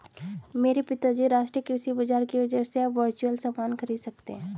मेरे पिताजी राष्ट्रीय कृषि बाजार की वजह से अब वर्चुअल सामान खरीद सकते हैं